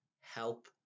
help